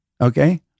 okay